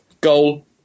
goal